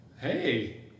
Hey